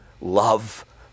love